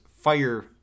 fire